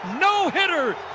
no-hitter